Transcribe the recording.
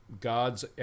gods